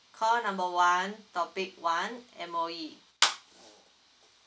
call number one topic one M_O_E